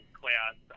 class